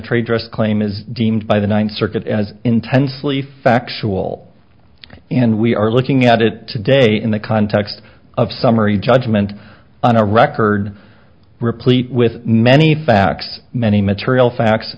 trade dress claim is deemed by the ninth circuit as intensely factual and we are looking at it today in the context of summary judgment on a record replete with many facts many material facts